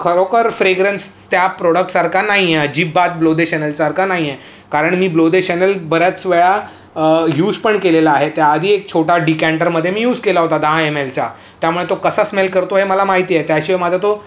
खरोखर फ्रेगरंस त्या प्रोडक्टसारका नाहीये अजिबात ब्लोदे चॅनलसारखा नाईये कारण मी ब्लोदे चॅनल बऱ्याच वेळा यूज पण केलेला आहे त्याआधी एक छोटा डीकॅन्टरमदे मी यूज केला होता दहा एमएलचा त्यामुळे तो कसा स्मेल करतो हे मला माहितीये त्याशिवाय माझा तो